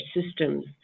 systems